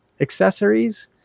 accessories